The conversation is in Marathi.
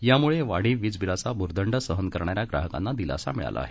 यामुळे वाढीव वीज बिलाचा भूर्दंड सहन करणाऱ्या ग्राहकांना दिलासा मिळाला आहे